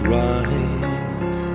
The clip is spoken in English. right